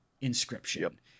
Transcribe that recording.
Inscription